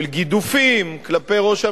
של גידופים כלפי ראש הממשלה.